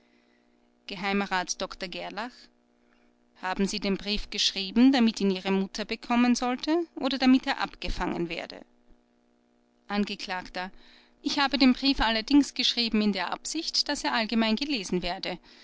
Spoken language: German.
geh rat dr gerlach haben sie den brief geschrieben damit ihn ihre mutter bekommen sollte oder damit er abgefangen werde angekl ich habe den brief allerdings geschrieben in der absicht daß er allgemein gelesen werde